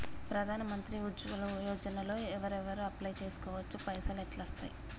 ప్రధాన మంత్రి ఉజ్వల్ యోజన లో ఎవరెవరు అప్లయ్ చేస్కోవచ్చు? పైసల్ ఎట్లస్తయి?